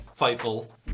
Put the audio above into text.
Fightful